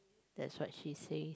that's what she says